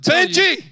Benji